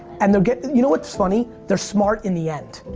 and they're, you know what's funny? they're smart in the end.